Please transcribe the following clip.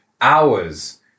hours